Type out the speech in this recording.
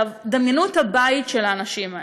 עכשיו, דמיינו את הבית של האנשים האלה,